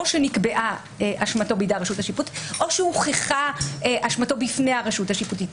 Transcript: או שנקבעה אשמתו בידי רשות השיפוט או שהוכחה אשמתו בפני הרשות השיפוטית.